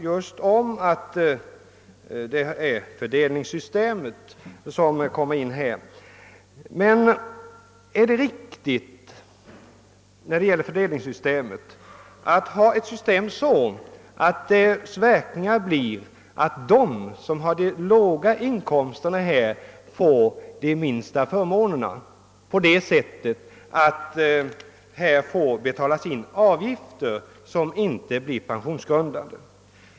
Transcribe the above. Jag vill ifrågasätta om det är riktigt att tillämpa ett fördelningssystem som får den verkan, att de som har låga inkomster erhåller de minsta förmånerna genom att det betalas in avgifter som inte blir pensionsgrundande.